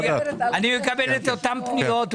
אני מקבל את אותן פניות,